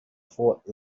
fort